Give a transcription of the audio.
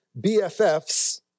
BFFs